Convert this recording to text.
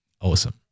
Awesome